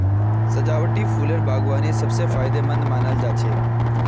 सजावटी फूलेर बागवानी सब स फायदेमंद मानाल जा छेक